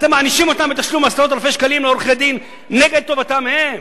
אתם מענישים אותם בתשלום עשרות אלפי שקלים לעורכי-דין נגד טובתם הם?